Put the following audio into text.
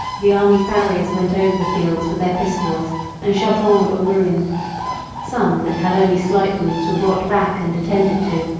the army farriers went over the field with their pistols and shot all that were ruined some that had only slight wounds were brought back and attended to,